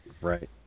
Right